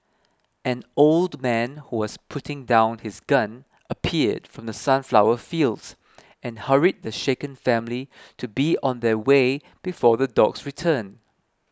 an old man who was putting down his gun appeared from the sunflower fields and hurried the shaken family to be on their way before the dogs return